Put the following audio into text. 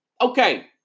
okay